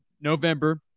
November